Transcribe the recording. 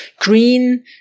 Green